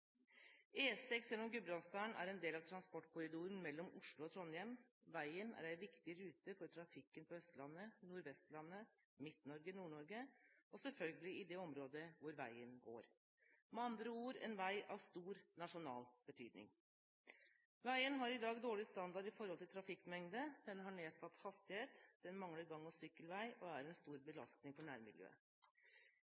E6 gjennom Gudbrandsdalen er en del av transportkorridoren mellom Oslo og Trondheim. Veien er en viktig rute for trafikken på Østlandet, Nord-Vestlandet, Midt-Norge, Nord-Norge og selvfølgelig i det området hvor veien går. Med andre ord: en vei av stor nasjonal betydning. Veien har i dag dårlig standard i forhold til trafikkmengde. Den har nedsatt hastighet, den mangler gang- og sykkelvei og er en stor